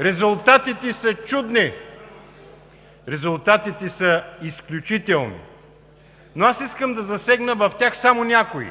Резултатите са чудни! Резултатите са изключителни! Искам обаче да засегна в тях само някои.